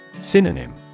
Synonym